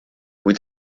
kui